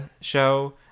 show